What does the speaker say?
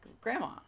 Grandma